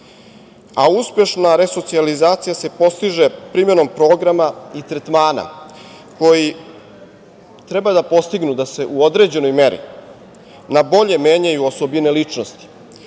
Uspešna resocijalizacija se postiže primenom programa i tretmana koji treba da postignu da se u određenoj meri na bolje menjaju osobine ličnosti,